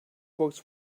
works